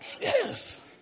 Yes